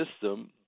system